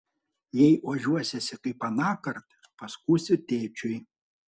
jei ožiuosiesi kaip anąkart paskųsiu tėčiui